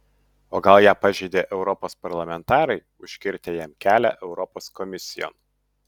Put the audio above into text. o gal ją pažeidė europos parlamentarai užkirtę jam kelią europos komisijon